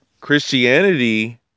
Christianity